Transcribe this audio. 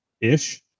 ish